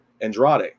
Andrade